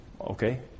Okay